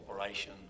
operation